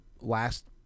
last